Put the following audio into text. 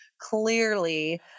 Clearly